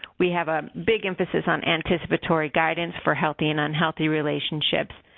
we have a big emphasis on anticipatory guidance for health and unhealthy relationships.